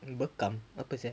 apa berkam apa sia